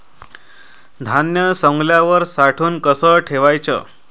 धान्य सवंगल्यावर साठवून कस ठेवाच?